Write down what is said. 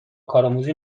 کارآموزی